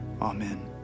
Amen